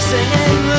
Singing